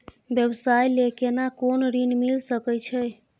व्यवसाय ले केना कोन ऋन मिल सके छै?